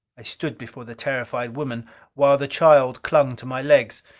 i stood before the terrified woman while the child clung to my legs.